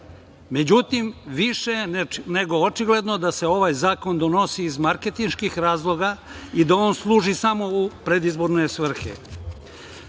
Međutim, više nego očigledno je da se ovaj zakon donosi iz marketinških razloga i da on služi samo u predizborne